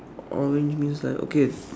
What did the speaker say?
orange means like okay